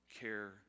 care